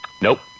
Nope